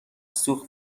سوخت